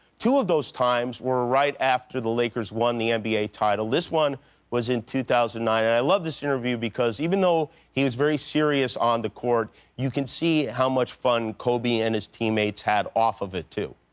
two of those times were right after the lakers won the nba title. this one was in two thousand and nine, and i love this interview because even though he was very serious on the court you can see how much fun kobe and his teammates had off of it too.